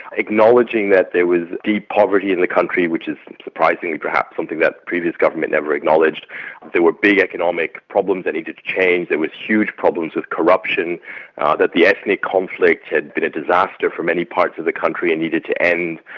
acknowledging that there was deep poverty in the country which is surprisingly, perhaps, something that the previous government never acknowledged there were big economic problems that needed to change there was huge problems with corruption ah that the ethnic conflicts had been a disaster for many parts of the country and needed to end.